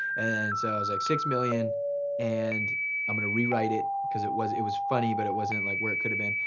and so i was like, six million and i'm gonna rewrite it, cause it it was funny but it wasn't like where it could've been.